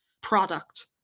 product